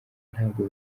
ntabwo